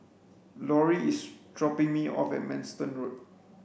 Lorie is dropping me off at Manston Road